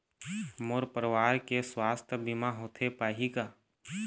मोर परवार के सुवास्थ बीमा होथे पाही का?